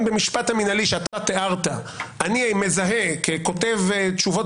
במשפט המינהלי שאתה תיארת אני מזהה ככותב תשובות